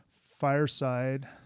fireside